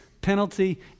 penalty